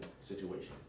situation